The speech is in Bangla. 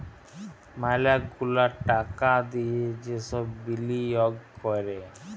ম্যালা গুলা টাকা দিয়ে যে সব বিলিয়গ ক্যরে